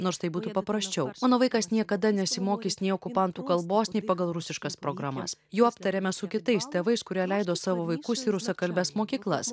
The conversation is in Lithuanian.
nors tai būtų paprasčiau mano vaikas niekada nesimokys nei okupantų kalbos nei pagal rusiškas programas jau aptarėme su kitais tėvais kurie leido savo vaikus į rusakalbes mokyklas